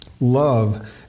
Love